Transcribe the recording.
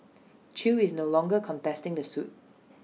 chew is no longer contesting the suit